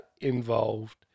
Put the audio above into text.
involved